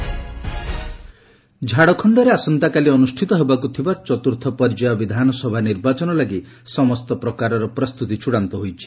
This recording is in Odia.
ଝାଡ଼ଖଣ୍ଡ ଇଲେକ୍ସନ ଝାଡ଼ଖଣ୍ଡରେ ଆସନ୍ତାକାଲି ଅନୁଷ୍ଠିତ ହେବାକୁଥିବା ଚତୁର୍ଥ ପର୍ଯ୍ୟାୟ ବିଧାନସଭା ନିର୍ବାଚନ ଲାଗି ସମସ୍ତ ପ୍ରକାରର ପ୍ରସ୍ତୁତି ଚୂଡ଼ାନ୍ତ ହୋଇଛି